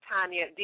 Tanya